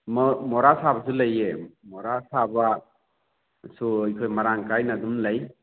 ꯃꯣꯔꯥ ꯁꯥꯕꯁꯨ ꯂꯩꯌꯦ ꯃꯣꯔꯥ ꯁꯥꯕꯁꯨ ꯑꯩꯈꯣꯏ ꯃꯔꯥꯡ ꯀꯥꯏꯅ ꯑꯗꯨꯝ ꯂꯩ